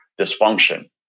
dysfunction